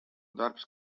darbs